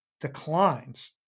declines